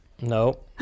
No